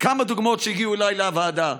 כמה דוגמאות שהגיעו אליי לוועדה: